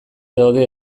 daude